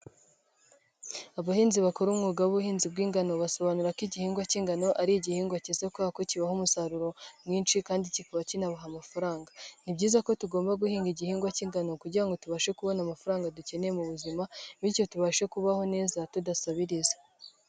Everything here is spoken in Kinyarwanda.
Abahinzi bakora umwuga w'ubuhinzi bw'ingano basobanura ko igihingwa cy'ingano ari igihingwa kiza kubera ko kibahaha umusaruro mwinshi kandi kikaba kinabaha amafaranga, ni byiza ko tugomba guhinga igihingwa cy'ingano kugira ngo tubashe kubona amafaranga dukeneye mu buzima bityo tubashe kubaho neza tudasabiriza.